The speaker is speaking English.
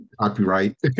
Copyright